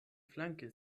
flanke